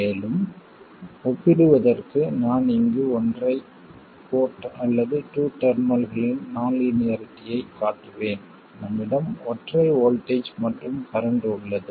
மேலும் ஒப்பிடுவதற்கு நான் இங்கு ஒற்றை போர்ட் அல்லது டூ டெர்மினல்களின் நான் லீனியாரிட்டியைக் காட்டுவேன் நம்மிடம் ஒற்றை வோல்ட்டேஜ் மற்றும் கரண்ட் உள்ளது